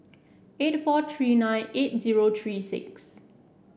eight four three nine eight zero three six